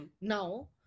Now